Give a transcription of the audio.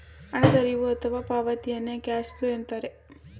ಹಣದ ಹರಿವು ಅಥವಾ ಪಾವತಿಯನ್ನು ಕ್ಯಾಶ್ ಫ್ಲೋ ಎನ್ನುತ್ತಾರೆ